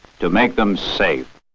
to make them safe.